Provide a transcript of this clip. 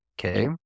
okay